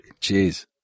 Jeez